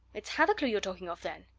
it's hathercleugh you're talking of, then?